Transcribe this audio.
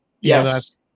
Yes